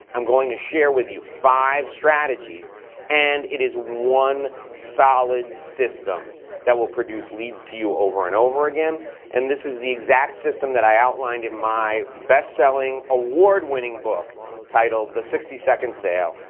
i'm going to share with you five strategies and it is one solid system that will produce leads to you over and over again and this is the exact system that i outlined in my best-selling, award-winning book titled, the sixty second sale,